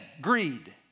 greed